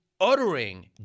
uttering